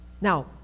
Now